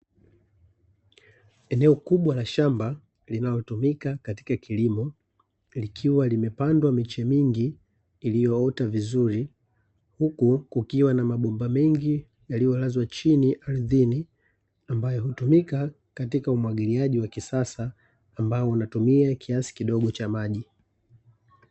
Eneo kubwa la shamba linalotumika katika kilimo likiwa limepandwa miche mingi iliyoota vizuri, huku kukiwa na mabomba mengi yaliyolazwa chini ardhini, ambayo hutumika katika umwagiliaji wa kisasa ambao unatumia kiasi kidogo cha maji.